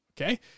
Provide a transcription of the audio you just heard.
Okay